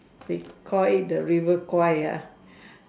they call it the river guy ya